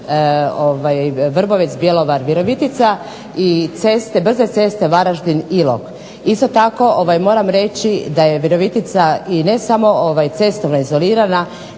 Vrbovec, Bjelovar, Virovitica i ceste Varaždin – Ilok, isto tako moram reći da je Virovitica ne samo cestovno izolirana,